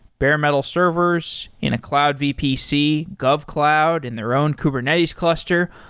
bare metal servers in a cloud vpc, govcloud and their own kubernetes cluster,